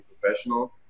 professional